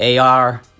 AR